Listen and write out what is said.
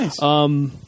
Nice